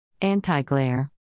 Anti-glare